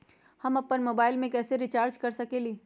हम अपन मोबाइल कैसे रिचार्ज कर सकेली?